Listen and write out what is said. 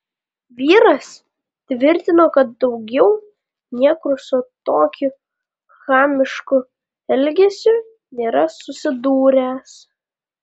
vyras tvirtino kad daugiau niekur su tokiu chamišku elgesiu nėra susidūręs